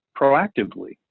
proactively